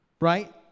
Right